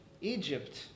Egypt